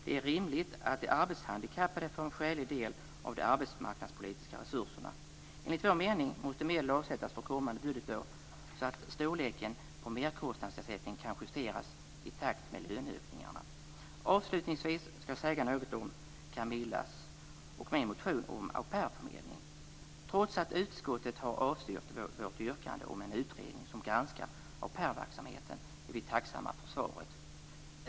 Det är rimligt att de arbetshandikappade får en skälig del av de arbetsmarknadspolitiska resurserna. Enligt vår mening måste medel avsättas för kommande budgetår så att storleken på merkostnadsersättningen kan justeras i takt med löneökningarna. Avslutningsvis skall jag säga någon om Camilla Skölds och min motion om au pair-förmedling. Trots att utskottet har avstyrkt vårt yrkande om en utredning som granskar au pair-verksamheten är vi tacksamma för svaret.